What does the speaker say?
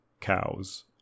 cows